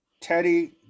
Teddy